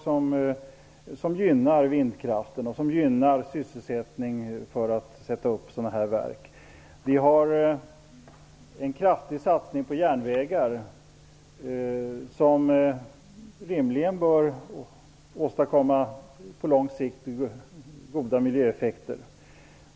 Det gynnar vindkraften och det gynnar sysselsättningen, i och med att man sätter upp sådana här verk. Vi har en kraftig satsning på järnvägar, som rimligen på lång sikt bör åstadkomma goda miljöeffekter.